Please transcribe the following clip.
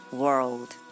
world，